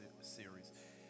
series